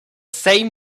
same